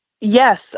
Yes